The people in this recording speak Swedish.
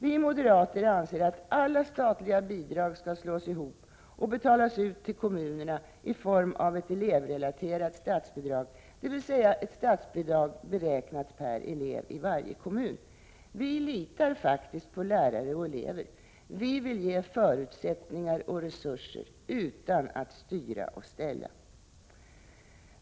Vi moderater anser att alla statliga bidrag skall slås ihop och betalas ut till kommunerna i form av ett elevrelaterat statsbidrag, dvs. ett statsbidrag beräknat per elev i varje kommun. Vi litar faktiskt på lärare och elever. Vi vill ge förutsättningar och resurser utan att styra och ställa.